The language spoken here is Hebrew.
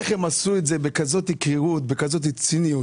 איך הם עשו את זה בכזאת קרירות, בכזאת ציניות.